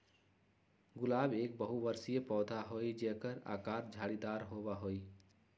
गुलाब एक बहुबर्षीय पौधा हई जेकर आकर झाड़ीदार होबा हई